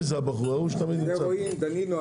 דנינו,